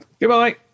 Goodbye